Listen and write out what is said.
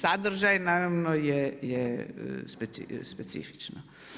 Sadržaj naravno je specifično.